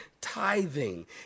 tithing